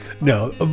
no